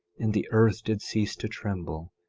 and the earth did cease to tremble,